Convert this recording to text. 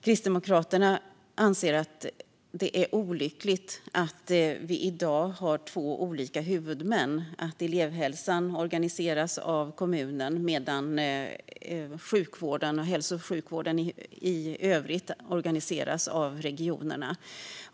Kristdemokraterna anser att det är olyckligt att vi i dag har två olika huvudmän, det vill säga att elevhälsan organiseras av kommunen medan hälso och sjukvården i övrigt organiseras av regionerna.